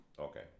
Okay